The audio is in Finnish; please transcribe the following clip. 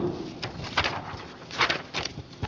myös satamarakenteet